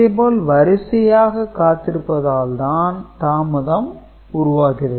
இதே போல் வரிசையாக காத்திருப்பதால் தான் தாமதம் உருவாகிறது